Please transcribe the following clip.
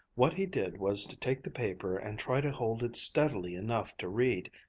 what he did was to take the paper and try to hold it steadily enough to read.